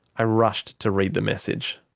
i rushed to read the message.